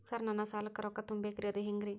Sir ನನ್ನ ಸಾಲಕ್ಕ ರೊಕ್ಕ ತುಂಬೇಕ್ರಿ ಅದು ಹೆಂಗ್ರಿ?